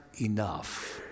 enough